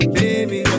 baby